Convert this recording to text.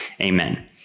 Amen